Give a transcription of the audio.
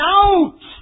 out